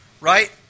right